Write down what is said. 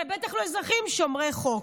ובטח לא אזרחים שומרי חוק.